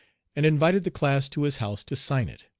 and invited the class to his house to sign it.